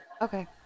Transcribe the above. Okay